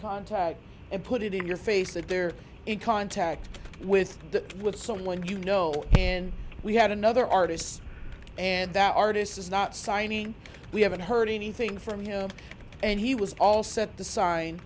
contact and put it in your face that they're in contact with that with someone you know and we had another artist and that artist is not signing we haven't heard anything from him and he was all set to sign